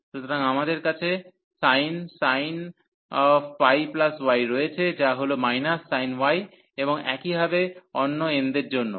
সুতরাং আমাদের কাছে sin πy রয়েছে যা হল sin y এবং একইভাবে অন্য n দের জন্যও